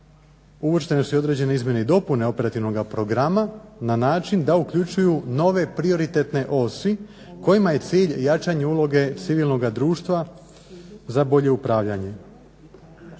uvrštene su i određene izmjene i dopune operativnoga programa na način da uključuju nove prioritetne osi kojima je cilj jačanje uloge civilnoga društva za bolje upravljanje.